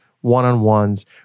one-on-ones